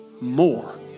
more